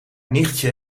nichtje